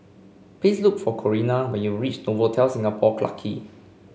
please look for Corinna when you reach Novotel Singapore Clarke Quay